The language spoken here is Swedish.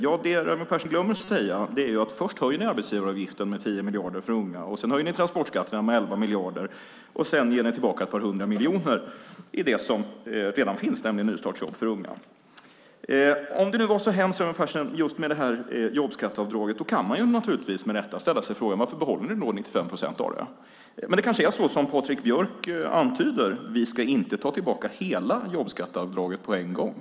Det som Raimo Pärssinen glömmer att säga är att ni först höjer arbetsgivaravgiften med 10 miljarder för unga och transportskatten med 11 miljarder. Sedan ger ni tillbaka ett par hundra miljoner i det som redan finns, nämligen nystartsjobb för unga. Om det är så hemskt med jobbskatteavdraget kan man undra varför ni behåller 95 procent av det. Det kanske är som Patrik Björck antyder, att ni inte ska ta tillbaka hela jobbskatteavdraget på en gång.